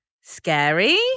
scary